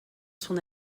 son